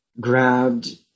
grabbed